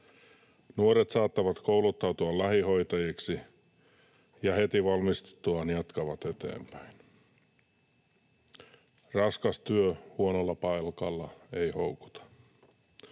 Nuoret saattavat kouluttautua lähihoitajiksi, ja heti valmistuttuaan he jatkavat eteenpäin. Raskas työ huonolla palkalla ei houkuta.